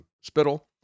spittle